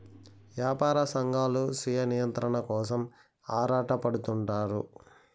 యాపార సంఘాలు స్వీయ నియంత్రణ కోసం ఆరాటపడుతుంటారు